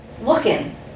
looking